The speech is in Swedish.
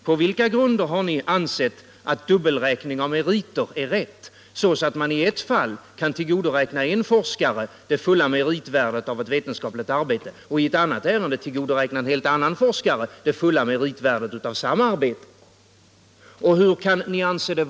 På vilka grunder har ni ansett att det är riktigt att dubbelräkna meriter, så att man i ett fall kan tillgodoräkna en forskare det fulla meritvärdet av ett vetenskapligt arbete och i ett annat ärende tillgodoräkna en helt annan forskare det fulla meritvärdet av samma arbete?